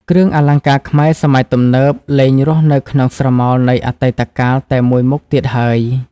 គ្រឿងអលង្ការខ្មែរសម័យទំនើប លែងរស់នៅក្នុងស្រមោលនៃអតីតកាលតែមួយមុខទៀតហើយ។